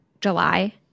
July